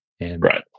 Right